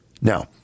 Now